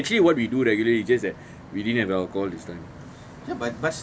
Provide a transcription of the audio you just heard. it's actually what we do regularly it's just that we didn't have alcohol this time